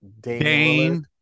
Dane